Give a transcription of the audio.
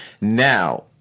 Now